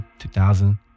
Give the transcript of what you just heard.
2000